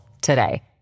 today